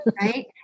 Right